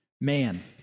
man